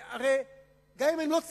הרי גם אם הם לא ציונים,